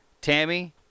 Tammy